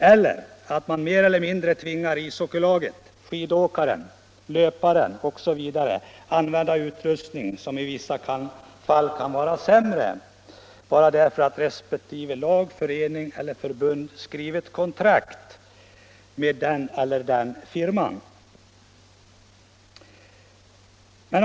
Det händer också att man mer eller mindre tvingar ishockeylaget, skidåkaren, löparen osv. att använda en sämre utrustning bara därför att laget, föreningen eller förbundet har skrivit kontrakt med den eller den firman.